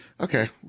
okay